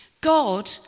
God